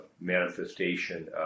manifestation